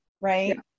right